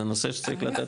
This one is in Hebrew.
זה נושא שצריך לתת